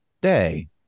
day